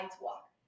walk